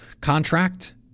contract